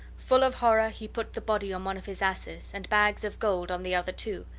full of horror, he put the body on one of his asses, and bags of gold on the other two,